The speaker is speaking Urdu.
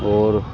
اور